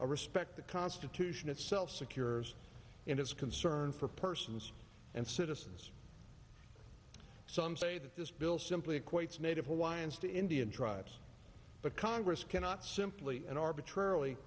a respect the constitution itself secure in its concern for persons and citizens some say that this bill simply equates native hawaiians to indian tribes but congress cannot simply and arbitrarily